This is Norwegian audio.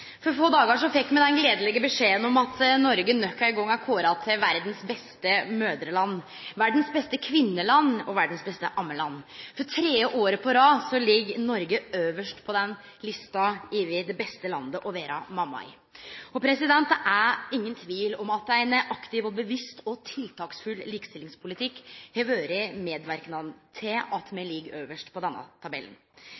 For få dagar sidan fekk me den gledelege beskjeden om at Noreg nok ein gong er kåra til verdas beste mødreland, verdas beste kvinneland og verdas beste ammeland. For tredje året på rad ligg Noreg øvst på lista over det beste landet å vere mamma i. Det er ingen tvil om at ein aktiv, bevisst og tiltaksfull likestillingspolitikk har vore medverkande til at me